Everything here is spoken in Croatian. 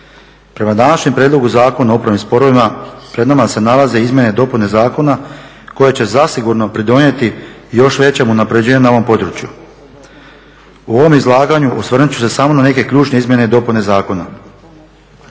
Prema današnjem prijedlogu Zakona o upravnim sporovima pred nama se nalaze izmjene i dopune zakona koje će zasigurno pridonijeti još većem unapređenju na ovom području. U ovom izlaganju osvrnut ću se samo na neke ključne izmjene i dopune zakona.